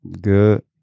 Good